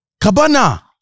Cabana